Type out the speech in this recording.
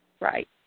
Right